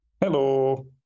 Hello